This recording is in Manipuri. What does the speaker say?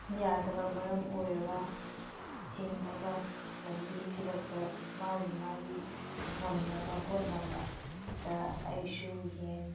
ꯌꯥꯗꯕ ꯃꯔꯝ ꯑꯣꯏꯔꯒ ꯍꯤꯡꯅꯕ ꯂꯝꯕꯤ ꯊꯤꯔꯛꯄ ꯃꯥꯒꯤ ꯃꯥꯒꯤ ꯉꯝꯅꯕ ꯍꯣꯠꯅꯕꯗ ꯑꯩꯁꯨ ꯌꯦꯟ